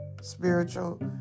spiritual